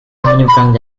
menyeberang